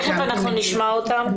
תכף אנחנו נשמע אותם.